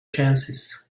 chances